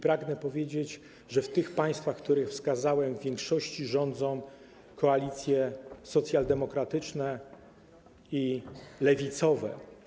Pragnę powiedzieć, że w tych państwach, które wskazałem, w większości rządzą koalicje socjaldemokratyczne i lewicowe.